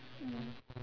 mm